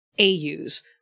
AUs